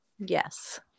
yes